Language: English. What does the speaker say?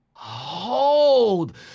Hold